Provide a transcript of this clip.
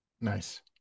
nice